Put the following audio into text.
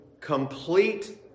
complete